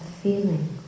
feeling